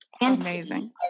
Amazing